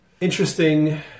interesting